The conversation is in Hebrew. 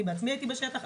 אני בעצמי הייתי בשטח,